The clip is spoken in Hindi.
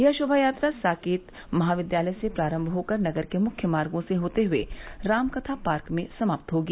यह शोभायात्रा साकेत महाविद्यालय से प्रारंभ होकर नगर के मुख्य मार्गो से होते हुए रामकथा पार्क में समाप्त होगी